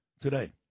today